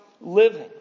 living